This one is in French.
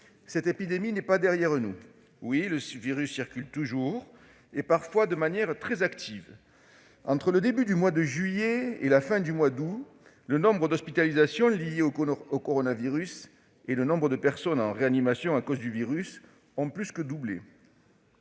Cette épidémie n'est pas derrière nous. Le virus circule toujours, parfois de manière très active. Entre le début du mois de juillet et la fin du mois d'août, le nombre des hospitalisations liées au coronavirus et le nombre des personnes en réanimation à cause de la covid ont plus que doublé.